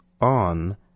on